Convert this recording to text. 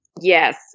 Yes